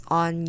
on